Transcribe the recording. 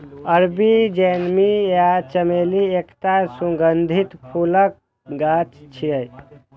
अरबी जैस्मीन या चमेली एकटा सुगंधित फूलक गाछ छियै